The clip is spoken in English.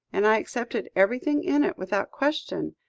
and i accepted everything in it without question.